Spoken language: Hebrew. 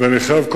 ואני חייב,